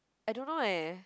I don't know leh